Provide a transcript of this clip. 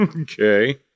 Okay